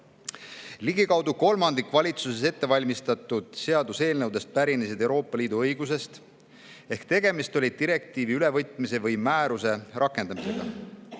ette. Ligikaudu kolmandik valitsuses ette valmistatud seaduseelnõudest pärinesid Euroopa Liidu õigusest ehk tegemist oli direktiivi ülevõtmise või määruse rakendamisega.